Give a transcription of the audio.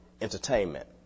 entertainment